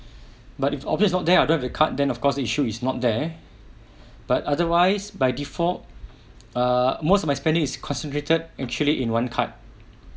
but if obvious not there I don't have the card then of course issue is not there but otherwise by default err most of my spending is concentrated actually in one card